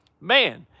man